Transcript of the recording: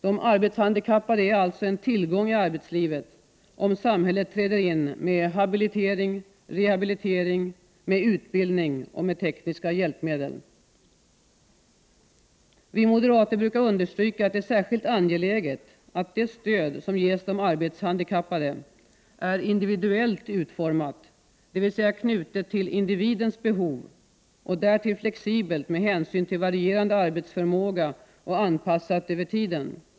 De arbetshandikappade är alltså en tillgång i arbetslivet, om samhället träder in med habilitering och rehabilitering, med utbildning och tekniska hjälpmedel. Vi moderater brukar understryka, att det är särskilt angeläget att det stöd som ges de arbetshandikappade är individuellt utformat, dvs. knutet till individens behov, och därtill flexibelt med hänsyn till varierande arbetsförmåga och anpassat över tiden.